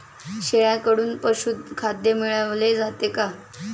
शेळ्यांकडून पशुखाद्य मिळवले जाते का?